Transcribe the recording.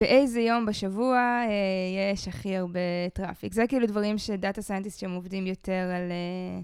באיזה יום בשבוע יש הכי הרבה טראפיק, זה כאילו דברים שData Scientists עובדים יותר על...